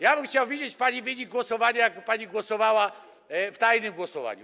Ja bym chciał widzieć pani wynik głosowania, gdyby pani głosowała w tajnym głosowaniu.